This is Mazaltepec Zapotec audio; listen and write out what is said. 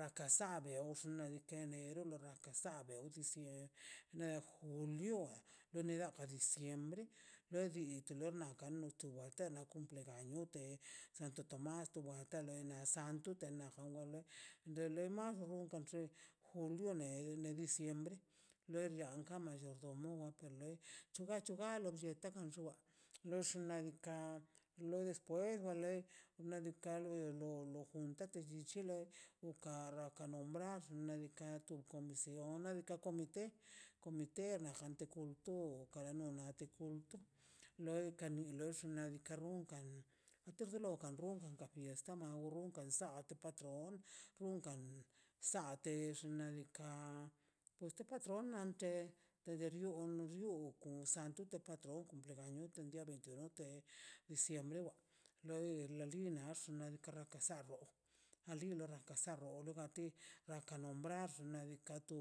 laka san la beof nadikaꞌ ne rraka sa beo ofici ne funjio neda na da diciembre lodi xka na lo di tu walter an kumple ganio santo tomas tuba tale tanto dena jano de la mar run kan xe jun danie ne diciembre lerlia ka mallordomo wan ka lei chuga chuga lo blleta gan xua lo xnaꞌ diikaꞌ lo depues wale xnaꞌ diikaꞌ lur lo lo kuntate lo llichile uka rrakale nombrar ne comisión ne deja comite na jante kato kara mieti tunke loi kani lox xnaꞌ diikaꞌ rrunkan artro nuka rrunkan esta maw rrunkan a te patron rrunkan sate xnaꞌ diikaꞌ pues te patrona te derior gun santo te le patron leganio nute de te nisia newa loi la linawx xnaꞌ diikaꞌ rraka sawa alina la rraka sawa o le gati gan kalambrar xnaꞌ diikaꞌ to